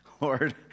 Lord